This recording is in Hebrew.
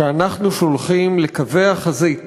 שאנחנו שולחים לקווי החזית